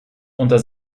unter